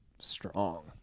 strong